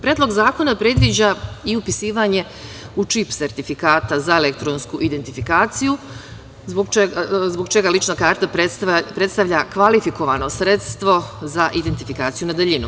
Predlog zakona predviđa upisivanje u čip sertifikata za elektronsku identifikaciju zbog čega lična karta predstavlja kvalifikovano sredstvo za identifikaciju na daljinu.